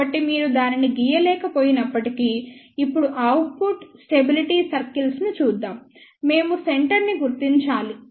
కాబట్టి మీరు దానిని గీయలేక పోయినప్పటికీ ఇప్పుడు అవుట్పుట్ స్టెబిలిటీ సర్కిల్స్ ను చూద్దాం మేము సెంటర్ ని గుర్తించాలి